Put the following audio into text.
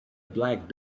black